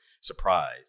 surprise